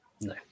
No